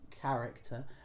character